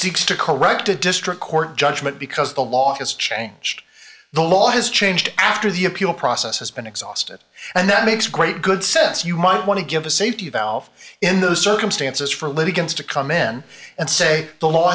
seeks to correct a district court judgment because the law has changed the law has changed after the appeal process has been exhausted and that makes great good sense you might want to give a safety valve in those circumstances for litigants to come in and say the law